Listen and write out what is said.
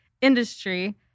industry